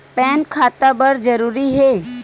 Pan खाता बर जरूरी हे?